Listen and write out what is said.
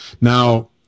Now